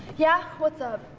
yeah, what's up?